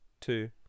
two